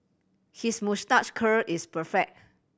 his moustache curl is perfect